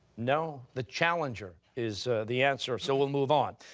no. the challenger is the answer. so we'll move on.